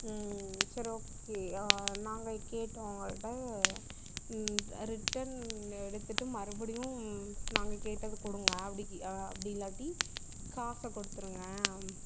சரி ஓகே நாங்கள் கேட்டோம் அவங்க கிட்டே இந்த ரிட்டன் எடுத்துகிட்டு மறுபடியும் நாங்கள் கேட்டது கொடுங்க அப்படிக்கி அப்படி இல்லாட்டி காசை கொடுத்துருங்க